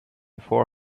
four